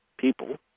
people